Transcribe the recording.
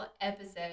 episode